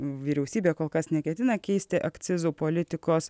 vyriausybė kol kas neketina keisti akcizų politikos